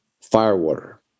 firewater